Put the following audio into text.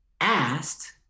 asked